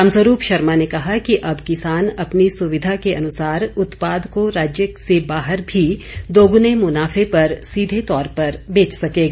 राम स्वरूप शर्मा ने कहा कि अब किसान अपनी सुविधा के अनुसार उत्पाद को राज्य से बाहर भी दोगुने मुनाफे पर सीधे तौर पर बेच सकेगा